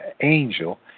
angel